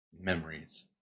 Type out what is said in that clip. memories